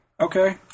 okay